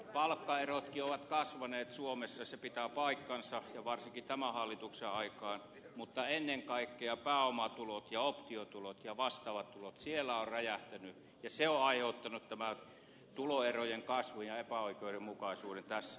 palkkaerotkin ovat kasvaneet suomessa se pitää paikkansa ja varsinkin tämän hallituksen aikaan mutta ennen kaikkea pääomatulot ja optiotulot ja vastaavat tulot ovat räjähtäneet ja se on aiheuttanut tämän tuloerojen kasvun ja epäoikeudenmukaisuuden tässä maassa